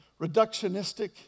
reductionistic